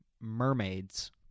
mermaids